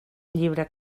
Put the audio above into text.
llibre